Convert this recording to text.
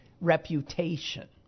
reputation